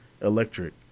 electric